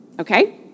Okay